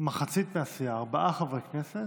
מחצית מהסיעה, ארבעה חברי כנסת,